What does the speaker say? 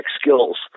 skills